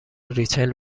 ریچل